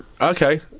Okay